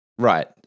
Right